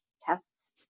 tests